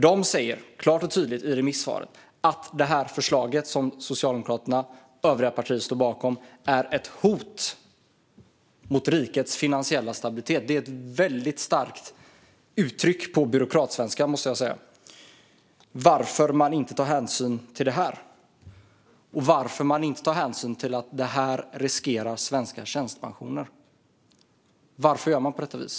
De säger klart och tydligt i remissvaren att det förslag som Socialdemokraterna och övriga partier står bakom är ett hot mot rikets finansiella stabilitet. Det är ett väldigt starkt uttryck på byråkratsvenska. Varför tar man inte hänsyn till detta? Varför tar man inte hänsyn till att svenska tjänstepensioner riskeras? Varför gör man på detta vis?